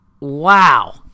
Wow